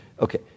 okay